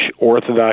Orthodox